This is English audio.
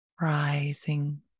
rising